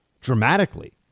dramatically